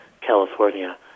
California